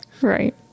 Right